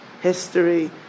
history